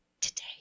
today